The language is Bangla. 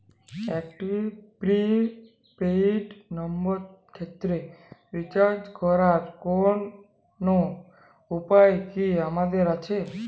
একটি প্রি পেইড নম্বরের ক্ষেত্রে রিচার্জ করার কোনো উপায় কি আমাদের আছে?